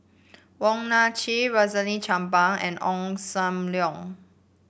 Wong Nai Chin Rosaline Chan Pang and Ong Sam Leong